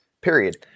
period